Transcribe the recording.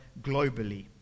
globally